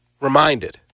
reminded